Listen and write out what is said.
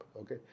okay